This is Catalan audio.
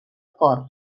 cor